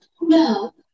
No